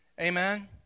Amen